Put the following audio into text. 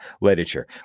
literature